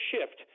shift